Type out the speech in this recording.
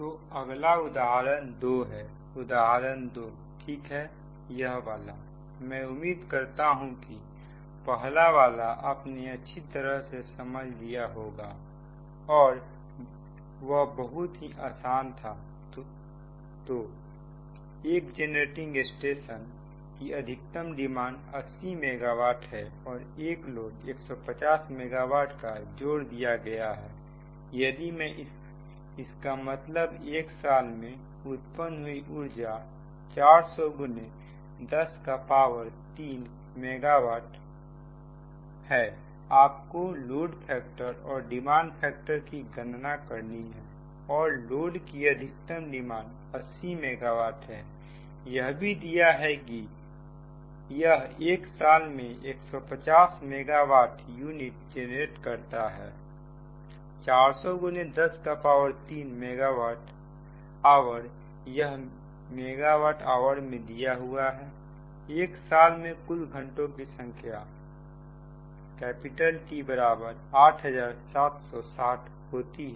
तो अगला उदाहरण दो है उदाहरण दो ठीक है यह वाला मैं उम्मीद करता हूं कि पहला वाला आपने अच्छी तरह से समझ लिया होगा और वह बहुत ही आसान था तो एक जेनरेटिंग स्टेशन की अधिकतम डिमांड 80 मेगा वाट है और एक लोड 150 मेगा वाट का जोड़ा गया है यदि मैं इसका मतलब 1 साल में उत्पन्न हुई ऊर्जा 400103 मेगा वाट आवर है आपको लोड फैक्टर और डिमांड फैक्टर की गणना करनी है और लोड की अधिकतम डिमांड 80 मेगा वाट है यह भी दिया है कि यह 1 साल में 150 मेगा वाट यूनिट जनरेट करता है 400103 मेगा वाट आवार यह मेगा वाट आवर में दिया हुआ है 1 साल में कुल घंटों की संख्या T8760 होती है